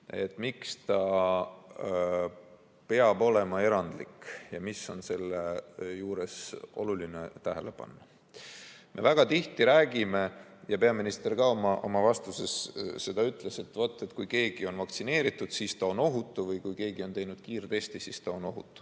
ikka – peab olema erandlik ja mida on selle juures oluline tähele panna. Me väga tihti räägime ja ka peaminister oma vastuses ütles, et kui keegi on vaktsineeritud, siis ta on ohutu, või kui keegi on teinud kiirtesti, siis ta on ohutu.